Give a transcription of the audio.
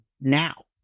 now